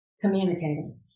communicating